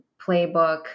playbook